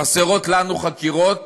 חסרות לנו חקירות